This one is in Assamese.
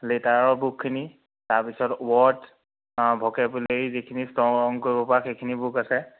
লেটাৰৰ বুকখিনি তাৰ পিছত ওৱৰ্ড ভোকেবোলাৰি যিখিনি ষ্টং কৰিব পৰা সেইখিনি বুক আছে